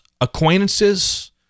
acquaintances